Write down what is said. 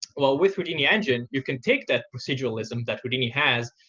well, with houdini engine, you can take that proceduralism that houdini has,